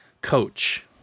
coach